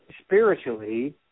spiritually